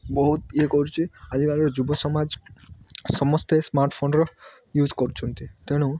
ବହୁତ ଇଏ କରୁଛି ଆଜିକାଲିର ଯୁବ ସମାଜ ସମସ୍ତେ ସ୍ମାର୍ଟଫୋନ୍ର ୟୁଜ୍ କରୁଛନ୍ତି ତେଣୁ